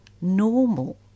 normal